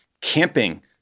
camping